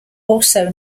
also